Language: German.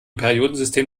periodensystem